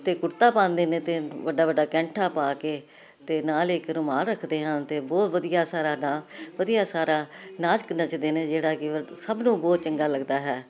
ਅਤੇ ਕੁੜਤਾ ਪਾਂਉਦੇ ਨੇ ਅਤੇ ਵੱਡਾ ਵੱਡਾ ਕੈਂਠਾ ਪਾ ਕੇ ਅਤੇ ਨਾਲ ਇੱਕ ਰੁਮਾਲ ਰੱਖਦੇ ਹਨ ਅਤੇ ਬਹੁਤ ਵਧੀਆ ਸਾਰਾ ਦਾ ਵਧੀਆ ਸਾਰਾ ਨਾਚ ਨੱਚਦੇ ਨੇ ਜਿਹੜਾ ਕਿ ਸਭ ਨੂੰ ਬਹੁਤ ਚੰਗਾ ਲੱਗਦਾ ਹੈ